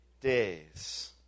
days